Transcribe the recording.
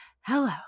Hello